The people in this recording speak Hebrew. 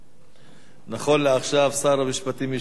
נכון לעכשיו, שר המשפטים ישיב במקומו